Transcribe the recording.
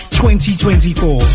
2024